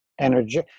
energy